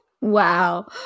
Wow